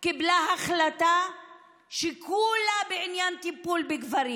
הממשלה קיבלה החלטה שכולה בעניין טיפול בגברים.